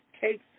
takes